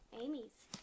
Amy's